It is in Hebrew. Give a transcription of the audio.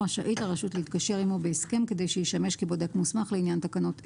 רשאית הרשות להתקשר עמו בהסכם כדי שישמש כבודק מוסמך לעניין תקנת אלה.